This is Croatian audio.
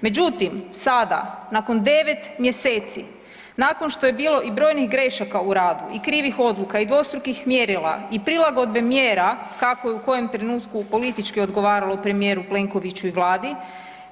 Međutim, sada nakon 9 mjeseci nakon što je bilo i brojnih grešaka u radu i krivih odluka i dvostrukih mjerila i prilagodbe mjera kako je u kojem trenutku politički odgovaralo premijeru Plenkoviću i Vladi